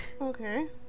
Okay